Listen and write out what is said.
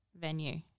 venue